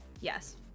Yes